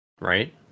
Right